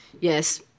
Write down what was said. yes